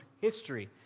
history